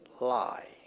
lie